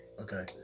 okay